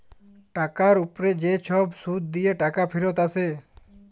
টাকার উপ্রে যে ছব সুদ দিঁয়ে টাকা ফিরত আসে